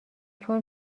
چون